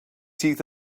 teeth